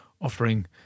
offering